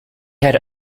had